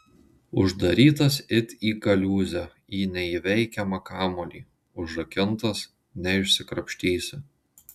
uždarytas it į kaliūzę į neįveikiamą kamuolį užrakintas neišsikrapštysi